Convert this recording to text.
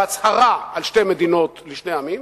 בהצהרה על שתי מדינות לשני עמים,